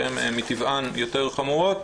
שהן מטבען יותר חמורות,